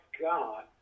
God